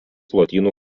lotynų